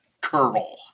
curl